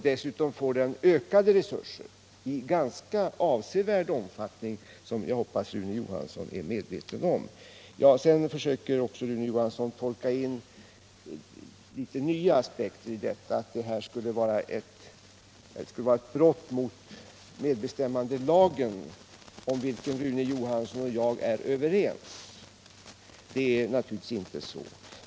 Dessutom får den ökade resurser 29 i ganska avsevärd omfattning, något som jag hoppas att Rune Johansson är medveten om. Sedan försöker Rune Johansson tolka in att regeringens förslag i vissa avseenden innebär ett brott mot medbestämmandelagen, en lag om vilken han och jag i stort är överens. Det är naturligtvis inte på det viset.